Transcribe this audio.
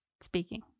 speaking